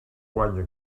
guanya